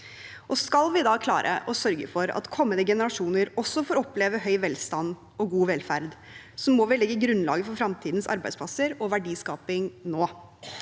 Skal vi da klare å sørge for at kommende generasjoner også får oppleve høy velstand og god velferd, må vi legge grunnlaget for fremtidens arbeidsplasser og verdiskaping nå.